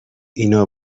اینا